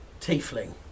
tiefling